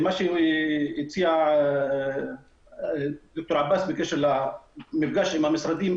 מה שהציע היושב-ראש בקשר למפגש עם המשרדים,